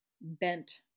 bent